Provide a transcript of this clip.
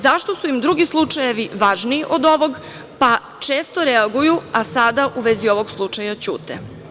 Zašto su im drugi slučajevi važniji od ovog, pa često reaguju, a sad u vezi ovog slučaja ćute?